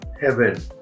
heaven